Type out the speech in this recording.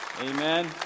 amen